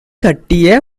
கட்டிய